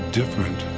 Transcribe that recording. different